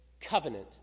covenant